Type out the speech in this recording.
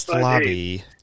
Lobby